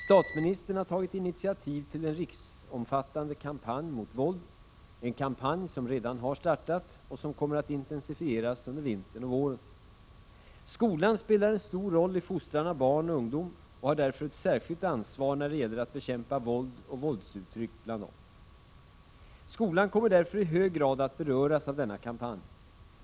Statsministern har tagit initiativ till en riksomfattande kampanj mot våld, en kampanj som redan startat och som kommer att intensifieras under vintern och våren. Skolan spelar en stor roll i fostran av barn och ungdom och har därför ett särskilt ansvar när det gäller att bekämpa våld och våldsuttryck bland dessa. Skolan kommer därför i hög grad att beröras av denna kampanj.